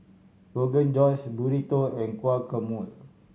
Rogan Josh Burrito and Guacamole